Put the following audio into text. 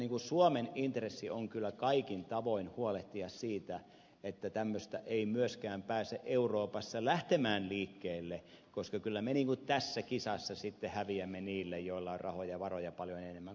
suomen intressi on kaikin tavoin huolehtia siitä että tämmöistä ei myöskään pääse euroopassa lähtemään liikkeelle koska kyllä me tässä kisassa sitten häviämme niille joilla on rahoja ja varoja paljon enemmän kuin meillä